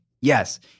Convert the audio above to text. yes